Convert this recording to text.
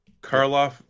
Karloff